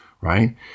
right